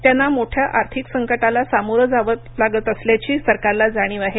त्यांना मोठ्या आर्थिक संकटाला सामोरं जावे लागत असल्याची सरकारला जाणीव आहे